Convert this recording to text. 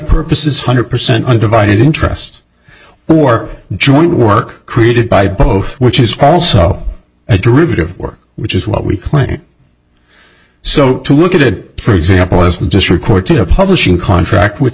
purposes hundred percent undivided interest or joint work created by both which is also a derivative work which is what we claim so to look at it for example isn't just reporting a publishing contract which